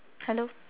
hello